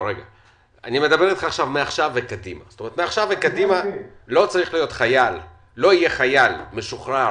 מעכשיו וקדימה לא יהיה חייל משוחרר